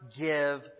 give